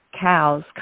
cows